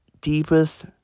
deepest